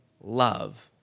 love